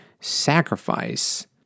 sacrifice